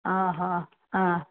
ହଁ